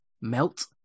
melt